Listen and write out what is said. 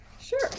Sure